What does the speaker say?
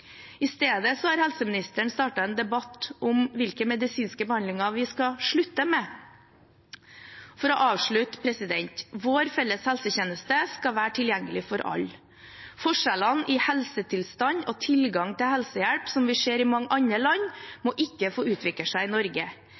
I stedet har helseministeren startet en debatt om hvilke medisinske behandlinger vi skal slutte med. For å avslutte: Vår felles helsetjeneste skal være tilgjengelig for alle. Forskjellene i helsetilstand og tilgang til helsehjelp som vi ser i mange andre land, må ikke få utvikle seg i Norge.